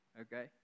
okay